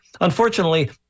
Unfortunately